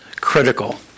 critical